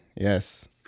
yes